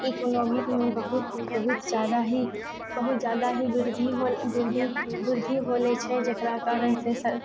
इकोनोमीमे बहुत बहुत जादा ही बहुत जादा ही वृद्धि होल वृद्धि वृद्धि होलै छै जेकरा कारण से सरकार